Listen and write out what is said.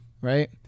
right